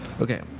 Okay